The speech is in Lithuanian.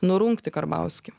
nurungti karbauskį